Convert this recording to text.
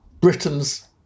Britain's